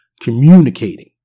communicating